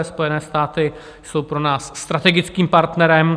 Spojené státy jsou pro nás strategickým partnerem.